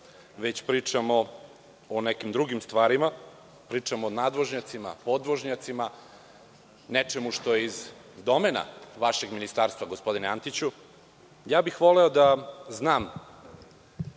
već pričamo o nekim drugim stvarima, pričamo o nadvožnjacima, podvožnjacima, nečemu što je iz domena vašeg ministarstva, gospodine Antiću, ja bih voleo da znam